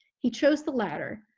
he chose the latter,